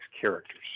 characters